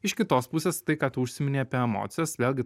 iš kitos pusės tai ką tu užsiminei apie emocijas vėlgi